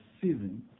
season